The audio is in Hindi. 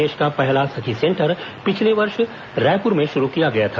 प्रदेश का पहला सखी सेंटर पिछले वर्ष रायपुर में शुरू किया गया था